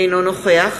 אינו נוכח